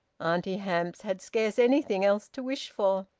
auntie hamps had scarce anything else to wish for.